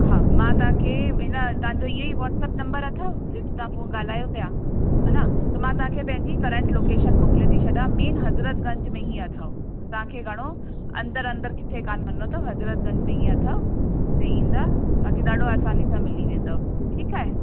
हा मां तव्हांखे हिन तव्हांजो हीअं ई वॉट्सअप नंबर अथव जीअं तव्हां ॻाल्हायो पिया हान त मां तव्हांखे पंहिंजी करंट लोकेशन मोकिले थी छॾां मेन हज़रतगंज में ही अथव तव्हांखे घणो अंदरि अंदरि किथे कान वञिणो अथव हज़रतगंज में ही अथव हिते ईंदा तव्हांखे ॾाढो आसानी सां मिली वेंदव ठीकु आहे